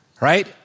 right